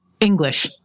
English